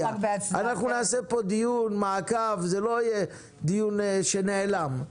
אנחנו נעשה פה דיון מעקב, זה לא יהיה דיון שנעלם.